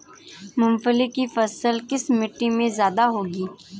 मूंगफली की फसल किस मिट्टी में ज्यादा होगी?